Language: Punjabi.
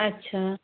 ਅੱਛਾ